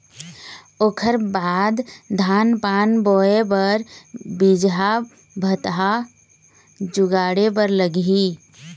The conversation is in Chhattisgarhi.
ओखर बाद धान पान बोंय बर बीजहा भतहा जुगाड़े बर लगही